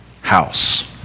house